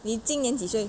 你今年几岁